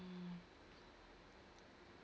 mm